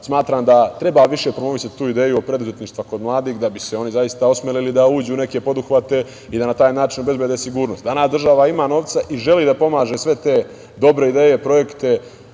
smatram da treba više promovisati tu ideju o preduzetništvu kod mladih da bi se oni zaista osmelili da uđu u neke poduhvate i da na taj način obezbede sigurnost. Danas država ima novca i želi da pomaže sve te dobre ideje, projekte,